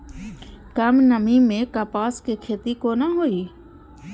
कम नमी मैं कपास के खेती कोना हुऐ?